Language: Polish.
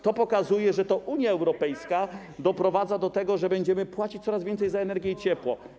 To pokazuje, że to Unia Europejska doprowadza do tego, że będziemy płacić coraz więcej za energię i ciepło.